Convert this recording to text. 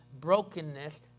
brokenness